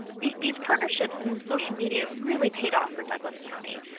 these these partnerships in social media really paid off for douglas county.